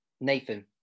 Nathan